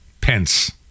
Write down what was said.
Pence